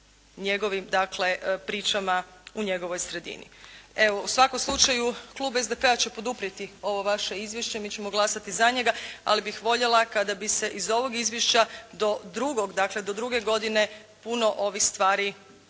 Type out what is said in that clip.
njegovim dakle pričama u njegovoj sredini. Evo, u svakom slučaju klub SDP-a će poduprijeti ovo vaše izvješće. Mi ćemo glasati za njega, ali bih voljela kada bi se iz ovog izvješća do drugog, dakle do druge godine puno ovih stvari dakle